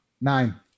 Nine